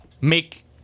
make